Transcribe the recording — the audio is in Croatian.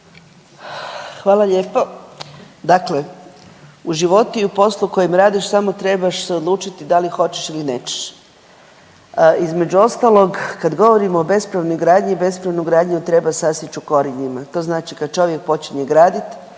Anka (GLAS)** Dakle, u životu i u poslu kojem radiš samo trebaš se odlučiti da li hoćeš ili nećeš. Između ostalog kad govorimo o bespravnoj gradnji, bespravnu gradnju treba sasjeći u korijenima. To znači kad čovjek počinje gradit,